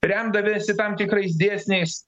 remdamiesi tam tikrais dėsniais